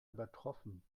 übertroffen